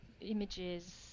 images